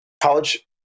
college